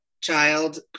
child